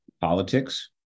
politics